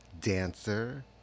dancer